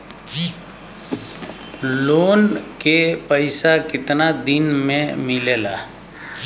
Loan के पैसा कितना दिन मे मिलेला?